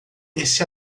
esse